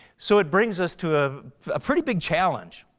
so it brings us to a ah pretty big challenge.